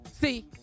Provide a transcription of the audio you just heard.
See